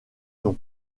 nom